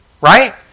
right